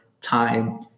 time